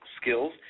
skills